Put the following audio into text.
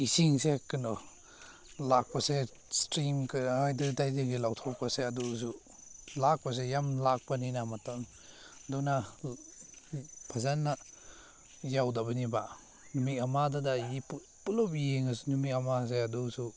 ꯏꯁꯤꯡꯁꯦ ꯀꯩꯅꯣ ꯂꯥꯛꯄꯁꯦ ꯏꯁꯇ꯭ꯔꯤꯝ ꯀꯩꯀꯥ ꯑꯗꯨꯗꯩꯗꯒꯤ ꯂꯧꯊꯣꯛꯄꯁꯦ ꯑꯗꯨꯁꯨ ꯂꯥꯛꯄꯁꯦ ꯌꯥꯝ ꯂꯥꯛꯄꯅꯤꯅ ꯃꯇꯝꯗꯨꯅ ꯐꯖꯅ ꯌꯥꯎꯗꯕꯅꯦꯕ ꯅꯨꯃꯤꯠ ꯑꯃꯗꯨꯗ ꯄꯨꯂꯞ ꯌꯦꯡꯂꯁꯨ ꯅꯨꯃꯤꯠ ꯑꯃꯁꯦ ꯑꯗꯨꯁꯨ